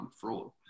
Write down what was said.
fraud